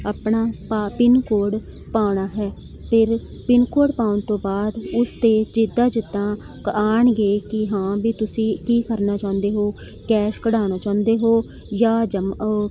ਆਪਣਾ ਪਾ ਪਿੰਨਕੋਡ ਪਾਉਣਾ ਹੈ ਫੇਰ ਪਿੰਨਕੋਡ ਪਾਉਣ ਤੋਂ ਬਾਅਦ ਉਸ 'ਤੇ ਜਿੱਦਾਂ ਜਿੱਦਾਂ ਕ ਆਉਣਗੇ ਕੀ ਹਾਂ ਵੀ ਤੁਸੀਂ ਕੀ ਕਰਨਾ ਚਾਹੁੰਦੇ ਹੋ ਕੈਸ਼ ਕਢਾਉਣਾ ਚਾਹੁੰਦੇ ਹੋ ਜਾਂ ਜਮ